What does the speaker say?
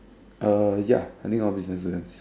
ya I think all business will have